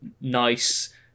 nice